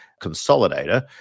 consolidator